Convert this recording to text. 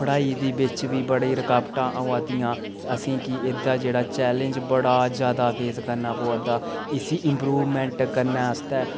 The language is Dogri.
पढाई दे बिच्च बी बड़ी रूकावटां आवा दियां असेंगी एह्दा जेह्ड़ा चेलैंज़ बड़ा जादा फेस करना पवै दा इसी इंप्रूवमेंट करने आस्तै